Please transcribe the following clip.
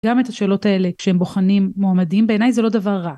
גם את השאלות האלה כשהם בוחנים, מועמדים, בעיניי זה לא דבר רע.